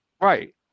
Right